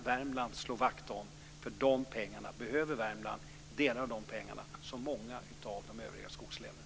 Värmland behöver dessa pengar, som många av de övriga skogslänen.